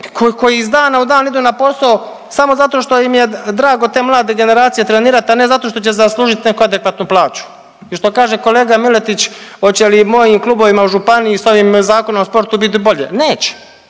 koji iz dana u dan idu na posao samo zato što im je drago te mlade generacije trenirat, a ne zato što će zaslužit neku adekvatnu plaću. I što kaže kolega Miletić oće li mojim klubovima u županiji s ovim Zakonom o sportu biti bolje, neće.